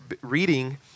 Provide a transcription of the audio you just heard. reading